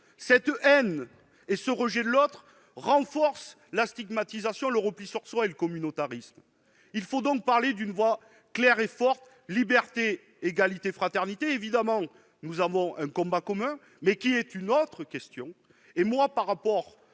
Cette haine et ce rejet de l'autre renforcent la stigmatisation, le repli sur soi et le communautarisme. Il faut donc parler d'une voix claire et forte. Liberté, égalité, fraternité, tel est évidemment notre combat commun, mais c'est une autre question. À la société